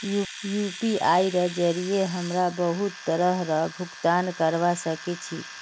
यूपीआईर जरिये हमरा बहुत तरहर भुगतान करवा सके छी